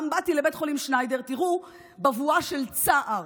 תראו בבואה של צער.